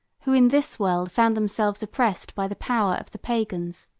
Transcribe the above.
who, in this world, found themselves oppressed by the power of the pagans,